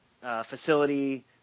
facility